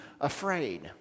afraid